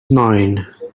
nine